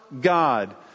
God